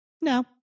No